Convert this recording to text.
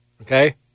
Okay